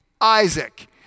Isaac